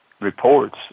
reports